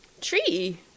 tree